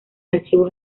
archivo